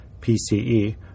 PCE